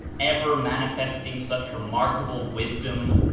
ever manifesting such remarkable wisdom,